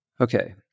Okay